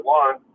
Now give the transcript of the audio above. one